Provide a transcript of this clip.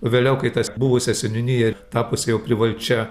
vėliau kai tas buvusią seniūniją tapusią jau privačia